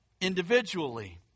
individually